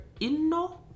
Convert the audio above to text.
Inno